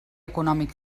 econòmic